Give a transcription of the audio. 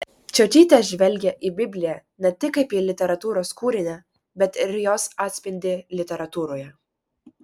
čiočytė žvelgia į bibliją ne tik kaip į literatūros kūrinį bet ir į jos atspindį literatūroje